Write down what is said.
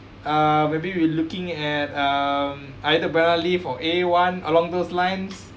uh maybe we're looking at um either banana leaf or a one along those lines